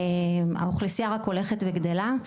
האוכלוסייה רק הולכת וגדלה,